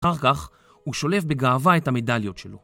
אחר כך הוא שולף בגאווה את המידליות שלו.